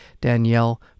Danielle